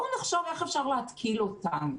בואו נחשוב איך אפשר להתקיל אותם'.